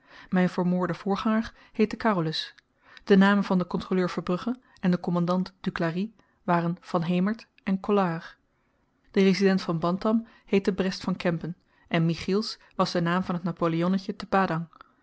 myn vermoorde voorganger heette carolus de namen van den kontroleur verbrugge en den kommandant duclari waren van hemert en collard de resident van bantam heette brest van kempen en michiels was de naam van t napoleonnetje te padang